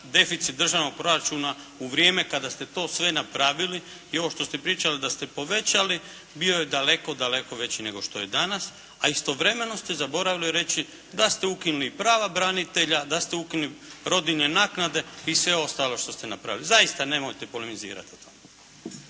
deficit državnog proračuna u vrijeme kada ste to sve napravili i ovo što ste pričali da ste povećali bio je daleko, daleko veći nego što je danas. A istovremeno ste zaboravili reći da ste ukinuli prava branitelja, da ste ukinuli rodiljne naknade i sve ostalo što ste napravili. Zaista nemojte polemizirati o tome.